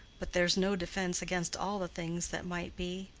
but there's no defense against all the things that might be.